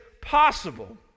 possible